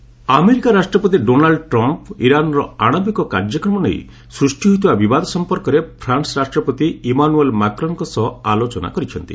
Trump Macron ଆମେରିକାର ରାଷ୍ଟ୍ରପତି Donald Trump ଇରାନ୍ର ଆଶବିକ କାର୍ଯ୍ୟକ୍ରମ ନେଇ ସୃଷ୍ଟି ହୋଇଥିବା ବିବାଦ ସମ୍ପର୍କରେ ଫ୍ରାନ୍ସ ରାଷ୍ଟ୍ରପତି ଇମାନ୍ରଏଲ୍ ମାକ୍ରନଙ୍କ ସହ ଆଲୋଚନା କରିଛନ୍ତି